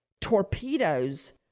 torpedoes